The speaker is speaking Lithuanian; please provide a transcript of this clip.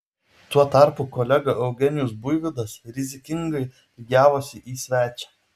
tuo tarpu kolega eugenijus buivydas rizikingai lygiavosi į svečią